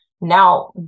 Now